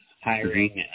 hiring